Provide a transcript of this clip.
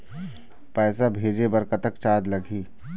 पैसा भेजे बर कतक चार्ज लगही?